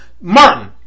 Martin